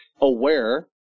aware